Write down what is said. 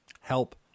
help